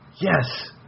Yes